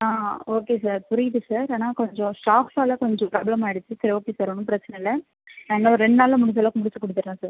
ஆ okay sir புரியுது sir ஆனால் கொஞ்சம் ஸ்டாஃப்ஸால கொஞ்சம் ப்ராப்ளம் ஆகிடுச்சி சரி ஓகே சார் ஒன்னும் பிரச்சின இல்லை நான் இன்னும் ஒரு ரெண்டு நாளில் முடிந்த அளவுக்கு முடிச்சு கொடுத்துட்றேன் சார்